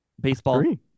Baseball